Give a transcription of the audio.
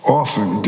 often